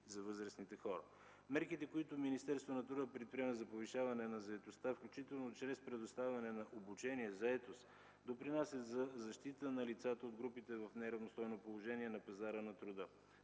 за възрастните хора. Мерките, които Министерството на труда и социалната политика предприема за повишаване на заетостта, включително чрез предоставяне на обучение и заетост, допринасят за защита на лицата от групите в неравностойно положение на пазара на труда.